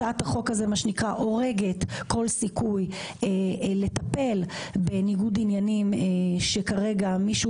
הצעת החוק הזו מה שנקרא הורגת כל סיכוי לטפל בניגוד עניינים שכרגע מישהו